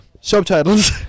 subtitles